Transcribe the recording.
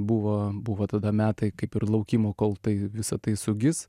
buvo buvo tada metai kaip ir laukimo kol tai visa tai sugis